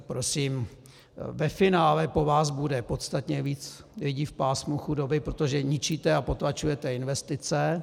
Prosím, ve finále po vás bude podstatně víc lidí v pásmu chudoby, protože ničíte a potlačujete investice.